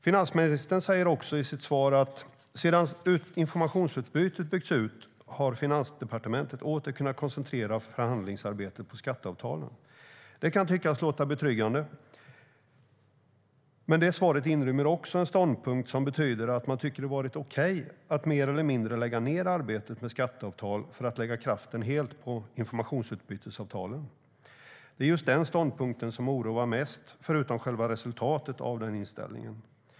Finansministern sa också i sitt svar att sedan informationsutbytet byggts ut har Finansdepartementet åter kunnat koncentrera förhandlingsarbetet på skatteavtalen. Det kan tyckas låta betryggande, men det svaret inrymmer också en ståndpunkt som betyder att man har tyckt att det har varit okej att mer eller mindre lägga ned arbetet med skatteavtal för att lägga kraften helt på informationsutbytesavtalen. Det är just den ståndpunkten som oroar mest, förutom själva resultatet av den inställningen.